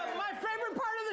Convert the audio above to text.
my favorite part